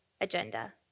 agenda